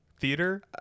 Theater